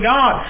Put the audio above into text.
God